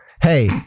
hey